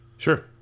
Sure